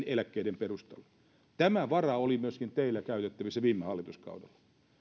eläkkeiden perusteella tämä vara oli myöskin teillä käytettävissä viime hallituskaudella